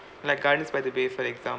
like gardens by the bay for example